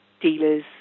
dealers